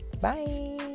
Bye